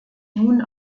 nun